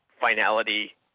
finality